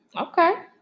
Okay